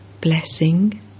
Blessing